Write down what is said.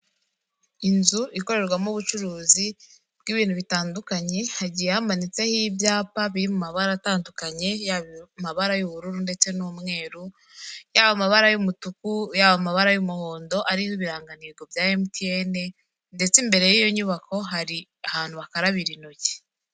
Inzu ikorerwamo ubucuruzi bw'ibintu bitandukanye hagiye hamanitseho ibyapa biri mu bara atandukanye Yaba mu mabara y'ubururu ndetse n'umweru yaba mu mabara y'umutuku yaba amabara y'umuhondo ari n'ibiranganigo bya Emutiyeni ndetse imbere y'iyo nyubako hari ahantu bakarabira intoki.